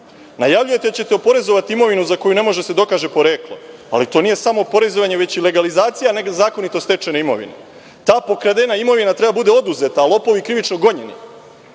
kriminalaNajavljujete da ćete oporezovati imovinu za koju ne može da se dokaže poreklo, ali to nije samo oporezovanje, već i legalizacija nezakonito stečene imovine. Ta pokradena imovina treba da bude oduzeta, a lopovi krivično gonjeni. Kažete